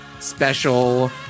special